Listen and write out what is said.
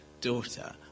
daughter